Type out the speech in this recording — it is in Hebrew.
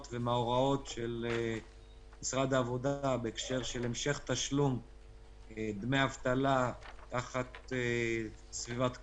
ומההוראות של משרד העבודה בהקשר של המשך תשלום דמי אבטלה תחת סביבת קורונה.